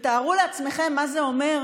ותארו לעצמכם מה זה אומר,